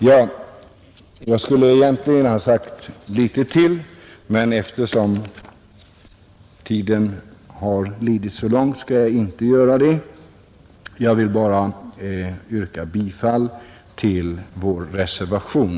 Jag skulle egentligen ha sagt litet till, men eftersom tiden lidit så långt skall jag inte göra det. Jag vill bara yrka bifall till vår reservation.